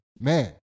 Man